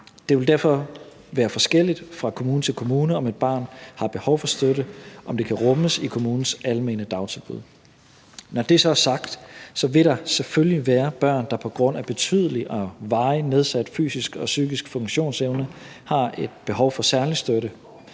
Det vil derfor være forskelligt fra kommune til kommune, om et barn, der har behov for støtte, kan rummes i kommunens almene dagtilbud. Når det så er sagt, vil der selvfølgelig være børn, der på grund af betydelig og varigt nedsat fysisk og psykisk funktionsevne har et behov for særlig støtte,